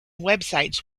websites